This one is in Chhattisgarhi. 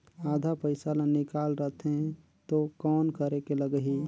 आधा पइसा ला निकाल रतें तो कौन करेके लगही?